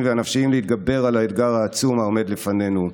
והנפשיים להתגבר על האתגר העצום העומד לפנינו.